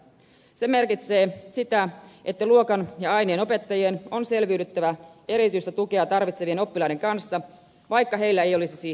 se merkitsee sitä että luokan ja aineenopettajien on selviydyttävä erityistä tukea tarvitsevien oppilaiden kanssa vaikka heillä ei olisi siihen koulutusta